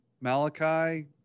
Malachi –